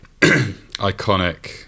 iconic